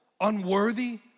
unworthy